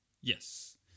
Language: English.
yes